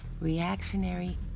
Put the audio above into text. reactionary